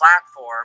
platform